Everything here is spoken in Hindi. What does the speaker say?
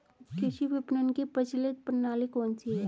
कृषि विपणन की प्रचलित प्रणाली कौन सी है?